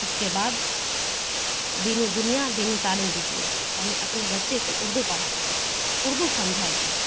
اس کے بعد دینی دنیا دینی تعلیم دیجیے پہلے اپنے بچے کو اردو پڑھائیے اردو سمجھائیے